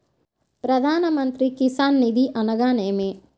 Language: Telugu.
ప్రధాన మంత్రి కిసాన్ నిధి అనగా నేమి?